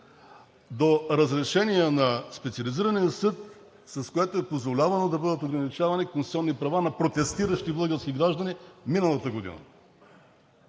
до разрешения на Специализирания съд, с което е позволявано да бъдат ограничавани конституционни права на протестиращи български граждани миналата година.